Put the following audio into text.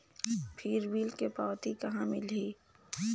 फिर बिल के पावती कहा मिलही?